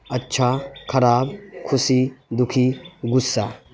اچھا خراب خوشی دکھی غصہ